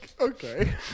Okay